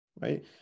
right